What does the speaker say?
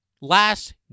last